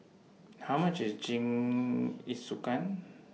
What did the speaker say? How much IS Jingisukan